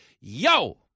Yo